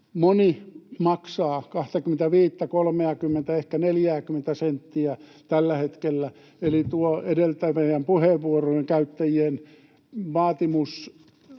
moni maksaa 25:tä, 30:tä, ehkä 40:tä senttiä tällä hetkellä, eli tuo edeltävien puheenvuorojen käyttäjien vaatimus